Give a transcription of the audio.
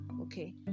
okay